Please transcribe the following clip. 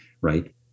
right